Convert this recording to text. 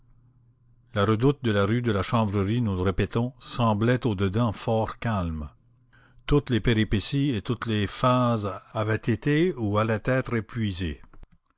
la redoute de la rue de la chanvrerie nous le répétons semblait au dedans fort calme toutes les péripéties et toutes les phases avaient été ou allaient être épuisées